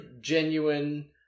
genuine